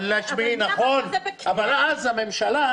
וואלה, שמעי, נכון, אבל אז הממשלה